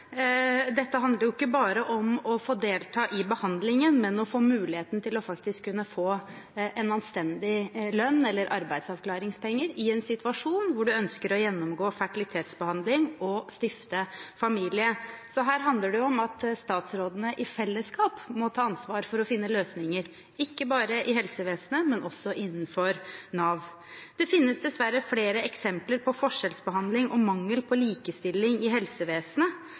Dette handler ikke bare om å få delta i behandlingen, men om å få muligheten til faktisk å kunne få en anstendig lønn eller arbeidsavklaringspenger i en situasjon hvor en ønsker å gjennomgå fertilitetsbehandling og stifte familie. Så her handler det om at statsrådene i fellesskap må ta ansvar for å finne løsninger – ikke bare i helsevesenet, men også innenfor Nav. Det finnes dessverre flere eksempler på forskjellsbehandling og mangel på likestilling i helsevesenet.